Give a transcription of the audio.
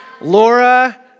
Laura